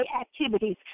activities